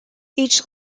each